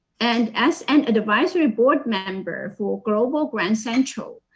and as an advisory board member for global grand central,